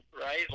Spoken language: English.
right